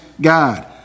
God